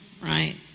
right